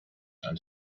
and